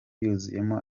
yuzuyemo